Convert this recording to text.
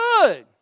good